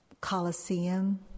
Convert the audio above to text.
coliseum